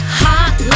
hot